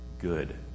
Good